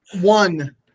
One